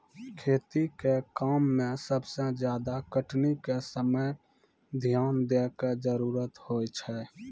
खेती के काम में सबसे ज्यादा कटनी के समय ध्यान दैय कॅ जरूरत होय छै